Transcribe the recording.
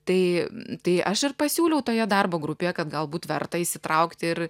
tai tai aš ir pasiūliau toje darbo grupėje kad galbūt verta įsitraukti ir